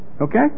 Okay